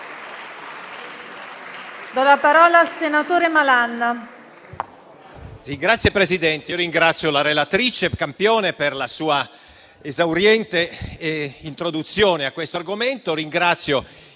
Signor Presidente, ringrazio la relatrice, senatrice Campione, per la sua esauriente introduzione a questo argomento